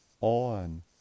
on